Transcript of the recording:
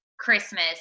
Christmas